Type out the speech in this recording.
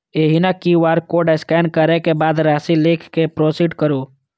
एहिना QR code scan करै के बाद राशि लिख कें प्रोसीड करू